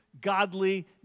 godly